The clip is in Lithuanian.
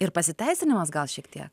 ir pasiteisinimas gal šiek tie